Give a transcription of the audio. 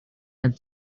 and